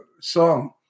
song